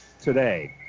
today